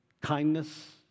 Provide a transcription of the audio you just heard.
kindness